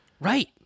Right